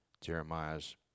Jeremiah's